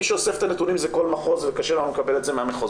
מי שאוסף את הנתונים זה כל מחוז וקשה לנו לקבל את זה מהמחוזות,